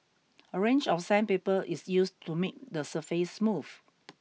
a range of sandpaper is used to make the surface smooth